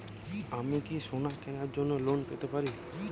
আমি কি সোনা কেনার জন্য লোন পেতে পারি?